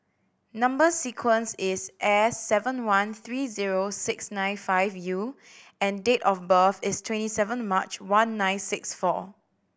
number sequence is S seven one three zero six nine five U and date of birth is twenty seven March one nine six four